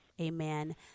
Amen